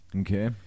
Okay